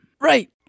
Right